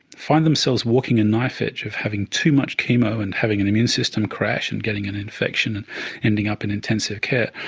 find themselves walking a knife edge of having too much chemo and having an immune system crash and getting an infection and ending up in intensive care,